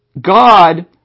God